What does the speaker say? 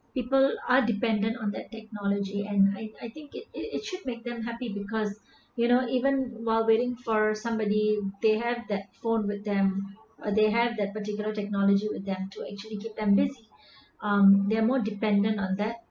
people are dependent on that technology and I I think it it it should make them happy because you know even while waiting for somebody they had that phone with them or they had that particular technology with them to actually get them based um they are more dependent on that